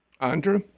Andrew